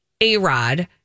A-Rod